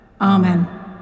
Amen